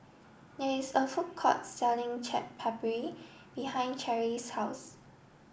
there is a food court selling Chaat Papri behind Charlsie's house